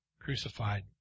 crucified